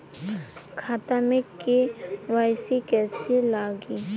खाता में के.वाइ.सी कइसे लगी?